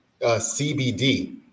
CBD